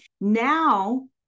now